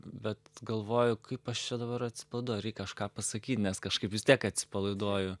bet galvoju kaip aš čia dabar atsipalaiduoju reik kažką pasakyt nes kažkaip vis tiek atsipalaiduoju